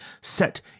set